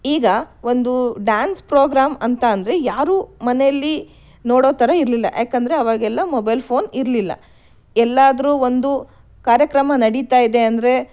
ಈಗ ಒಂದು dance programme ಅಂತ ಅಂದರೆ ಯಾರೂ ಮನೆಯಲ್ಲಿ ನೋಡೋ ಥರ ಇರಲಿಲ್ಲ ಯಾಕೆಂದರೆ ಆವಾಗೆಲ್ಲ ಮೊಬೈಲ್ ಫೋನ್ ಇರಲಿಲ್ಲ ಎಲ್ಲಾದರೂ ಒಂದು ಕಾರ್ಯಕ್ರಮ ನಡೀತಾ ಇದೆ ಅಂದರೆ